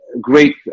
great